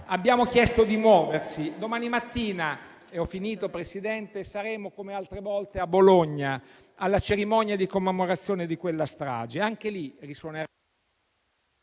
Abbiamo chiesto di muoversi. Domani mattina - e ho finito, Presidente - saremo, come altre volte, a Bologna, alla cerimonia di commemorazione di quella strage. Anche lì risuonerà…*(Il